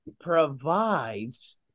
provides